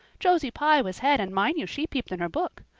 josie pye was head and, mind you, she peeped in her book.